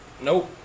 Nope